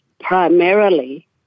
primarily